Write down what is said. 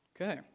Okay